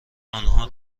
آنها